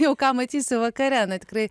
jau ką matysi vakare na tikrai